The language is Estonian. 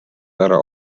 ära